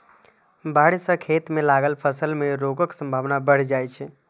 बाढ़ि सं खेत मे लागल फसल मे रोगक संभावना बढ़ि जाइ छै